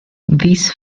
these